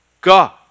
God